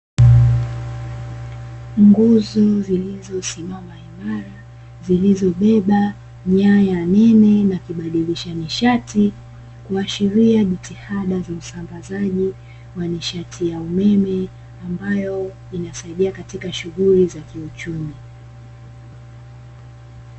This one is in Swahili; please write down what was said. Nguzo zilizosimama imara, zilizobeba nyaya nene na kubadilisha nishati, kuashiria jitihada za usambazaji wa nishati ya umeme, ambayo inasaidia katika shughuli za kiuchumi.